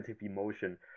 emotion